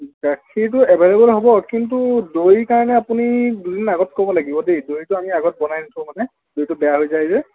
গাখীৰটো এভেইলে'বল হ'ব কিন্তু দৈৰ কাৰণে আপুনি দুদিন আগত ক'ব লাগিব দেই দৈটো আমি আগত বনাই নথও মানে দৈটো বেয়া হৈ যায় যে